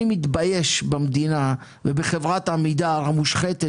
אני מתבייש במדינה ובחברת "עמידר" המושחתת,